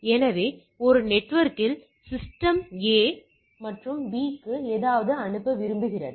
எனவே ஒரு நெட்வொர்க்கில் சிஸ்டம் A சிஸ்டம் B க்கு ஏதாவது அனுப்ப விரும்புகிறது